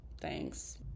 thanks